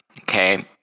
Okay